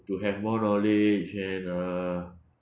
to have more knowledge and uh